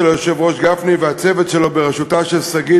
היושב-ראש גפני והצוות שלו בראשותה של שגית,